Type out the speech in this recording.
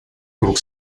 круг